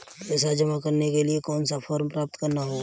पैसा जमा करने के लिए कौन सा फॉर्म प्राप्त करना होगा?